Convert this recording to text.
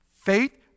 Faith